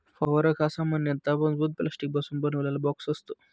फवारक हा सामान्यतः मजबूत प्लास्टिकपासून बनवलेला बॉक्स असतो